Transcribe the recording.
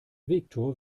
viktor